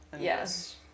Yes